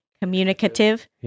Communicative